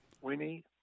Winnie